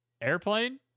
Airplane